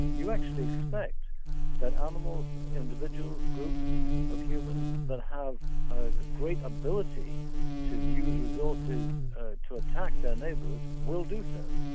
you actually expect that animals, individuals, groups of humans that have ah the great ability to use resources to attack their neighbors will do so.